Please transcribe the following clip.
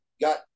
got